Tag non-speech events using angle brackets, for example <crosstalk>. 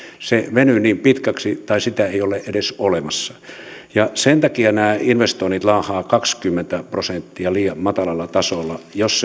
venyy niin pitkäksi tai sitä ei ole edes olemassa sen takia nämä investoinnit laahaavat kaksikymmentä prosenttia liian matalalla tasolla jos <unintelligible>